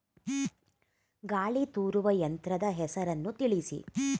ಗಾಳಿ ತೂರುವ ಯಂತ್ರದ ಹೆಸರನ್ನು ತಿಳಿಸಿ?